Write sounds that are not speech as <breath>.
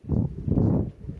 <breath>